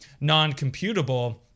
non-computable